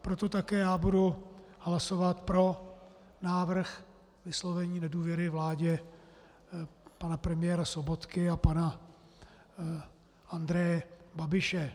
Proto také já budu hlasovat pro návrh vyslovení nedůvěry vládě pana premiéra Sobotky a pana Andreje Babiše.